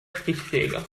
stichsäge